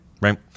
Right